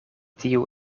tiu